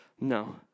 no